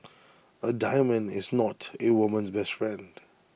A diamond is not A woman's best friend